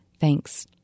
Thanks